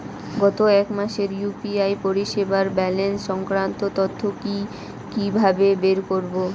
গত এক মাসের ইউ.পি.আই পরিষেবার ব্যালান্স সংক্রান্ত তথ্য কি কিভাবে বের করব?